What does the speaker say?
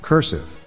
Cursive